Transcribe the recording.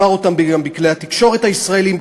אמר אותם גם בכלי-התקשורת הישראליים,